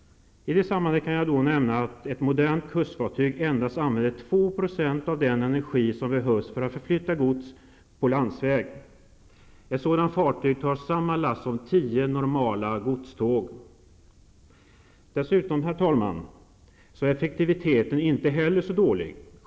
I det sammanhanget kan jag nämna att ett modernt kustfartyg endast använder 2 % av den energi som behövs för att flytta gods på landsväg. Ett sådant fartyg tar samma last som tio normala godståg. Dessutom, herr talman, är effektiviteten inte heller så dålig.